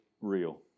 real